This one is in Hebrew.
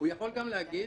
הוא יכול גם להגיד: